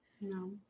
No